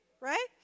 right